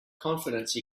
confidence